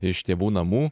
iš tėvų namų